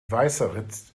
weißeritz